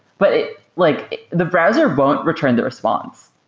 but like the browser won't return the response,